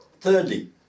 thirdly